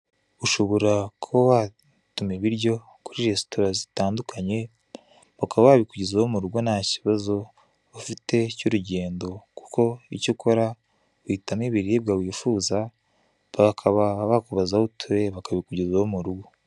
Ushobora kuba watuma ibiryo kuri resitora zitandukanye bakaba babikugezaho mu rugo ntakibazo ufite cy'urugendo kuko icyo ukora uhitamo ibiribwa wifuza bakaba bakubaza aho utuye bakabikugezaho mu rugo.